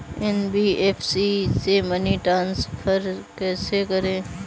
NBFC से money transfer कैसे करें?